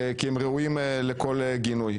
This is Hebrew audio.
כי הם ראויים לכל גינוי.